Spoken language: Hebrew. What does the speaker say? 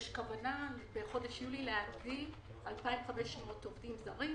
יש כוונה בחודש יולי להביא 2,500 עובדים זרים".